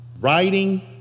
writing